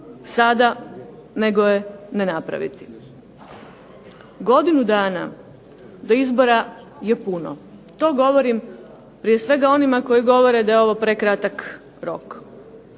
sada nego je ne napraviti. Godinu dana do izbora je puno. To govorim prije svega onima koji govore da je ovo prekratak rok.